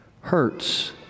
hurts